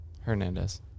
Hernandez